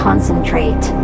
concentrate